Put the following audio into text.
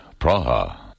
Praha